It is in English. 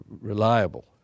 reliable